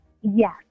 Yes